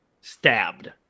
stabbed